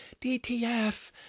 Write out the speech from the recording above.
DTF